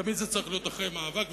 תמיד זה צריך להיות אחרי מאבק,